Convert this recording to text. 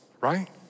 right